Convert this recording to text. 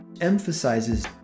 emphasizes